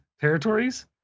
Territories